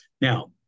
Now